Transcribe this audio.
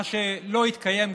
מה שלא יתקיים,